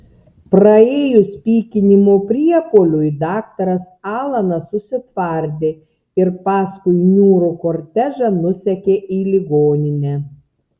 praėjus pykinimo priepuoliui daktaras alanas susitvardė ir paskui niūrų kortežą nusekė į ligoninę